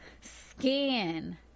skin